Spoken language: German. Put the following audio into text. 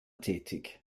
tätig